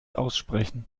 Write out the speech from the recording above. aussprechen